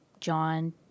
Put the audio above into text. john